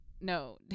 no